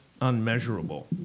unmeasurable